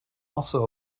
also